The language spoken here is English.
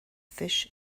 fish